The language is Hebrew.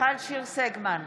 מיכל שיר סגמן,